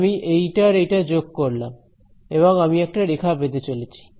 আমি এইটা আর এইটা যোগ করলাম এবং আমি একটা রেখা পেতে চলেছি